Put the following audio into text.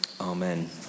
amen